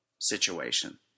situation